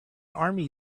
army